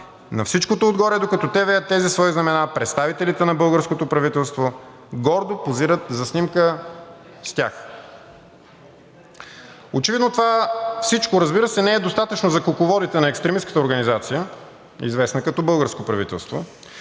На всичкото отгоре, докато те веят тези свои знамена, представителите на българското правителство гордо позират за снимка с тях. Очевидно всичко това, разбира се, не е достатъчно за кукловодите на екстремистката организация, известна като българско правителство,